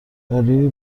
داری